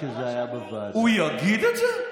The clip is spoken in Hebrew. הוא יגיד את זה?